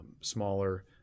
smaller